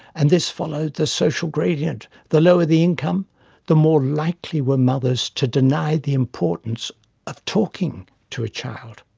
and this followed the social gradient the lower the income the more likely were mothers to deny the importance of talking to a child.